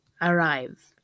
arrive